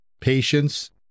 patience